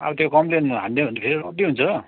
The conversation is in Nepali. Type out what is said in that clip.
अब त्यो कम्प्लेन हालिदियो भने त फेरि रड्डी हुन्छ हो